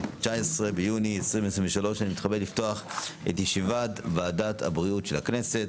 19 ביוני 2023. אני מתכבד לפתוח את ישיבת ועדת הבריאות של הכנסת.